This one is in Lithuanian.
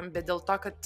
bet dėl to kad